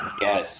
Yes